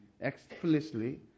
explicitly